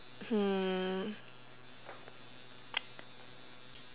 hmm